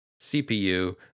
cpu